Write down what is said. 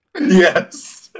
Yes